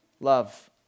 love